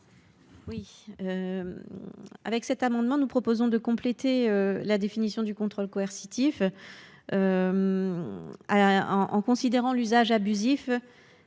Avec cet amendement, nous proposons de compléter la définition du contrôle coercitif en considérant que « l’usage abusif